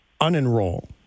unenroll